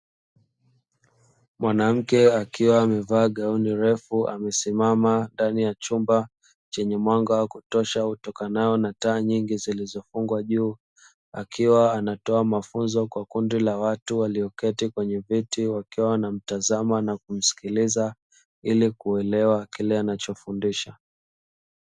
Mwanamke akiwa amevaa gauni refu amesimama ndani ya chumba chenye mwanga wa kutosha, utokanao na taa nyingi zilizofungwa juu, akiwa anatoa mafunzo kwa kundi la watu walioketi kwenye viti, wakiwa wanamtazama na kumsikiliza ili kuelewa kile anachofundisha.